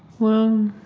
well,